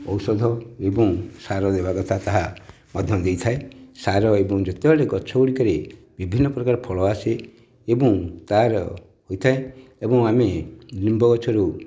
ଔଷଧ ଏବଂ ସାର ଦେବା କଥା ତାହା ମଧ୍ୟ ଦେଇଥାଏ ସାର ଏବଂ ଯେତେବେଳେ ଗଛ ଗୁଡ଼ିକରେ ବିଭିନ୍ନ ପ୍ରକାର ଫଳ ଆସେ ଏବଂ ତାହାର ହୋଇଥାଏ ଏବଂ ଆମେ ନିମ୍ବ ଗଛରୁ